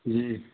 जी